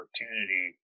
opportunity